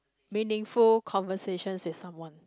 meaningful conversations with someone